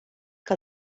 que